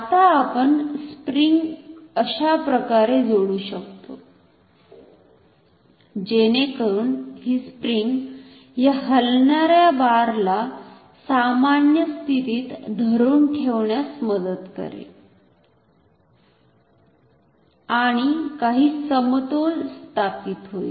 आता आपण स्प्रिंग अशाप्रकारे जोडु शकतो जेणेकरून हि स्प्रिंग ह्या हलणार्या बार ला सामान्य स्थितीत धरून ठेवण्यास मदद करेल आणि काही समतोल स्थापित होईल